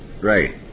Right